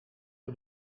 for